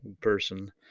person